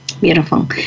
Beautiful